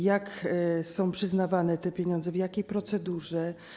Jak są przyznawane te pieniądze, w jakiej procedurze?